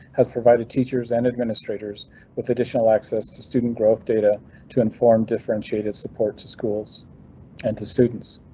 has provided teachers and administrators with additional access to student growth data to inform differentiated support to schools and to students.